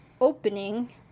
Opening